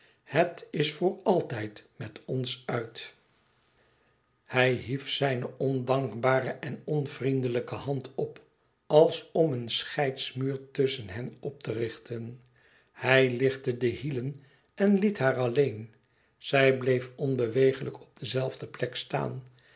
het is voor altijd met ons uit hij hief zijne ondankbare en onvriendelijke hand op als om een scheidsmuur tusschen hen op te richten hij lichtte de hielen en liet haar alleen zij bleef onbeweeglijk op dezelfde plek staan